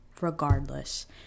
regardless